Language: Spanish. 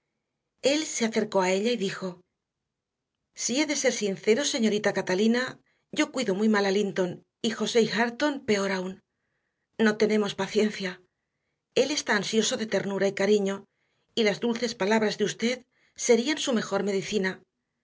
él se acercó a ella y dijo si he de ser sincero señorita catalina yo cuido muy mal a linton y josé y hareton peor aún no tenemos paciencia él está ansioso de ternura y cariño y las dulces palabras de usted serían su mejor medicina